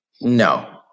No